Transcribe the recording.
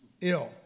ill